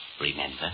Remember